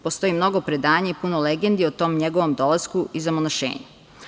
Postoji mnogo predanja i puno legendi o tom njegovom dolasku i zamonašenju.